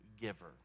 giver